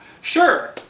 Sure